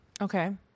Okay